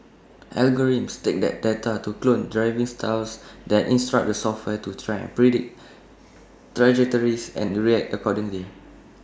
algorithms take that data to clone driving styles then instruct the software to try and predict trajectories and react accordingly